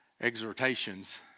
exhortations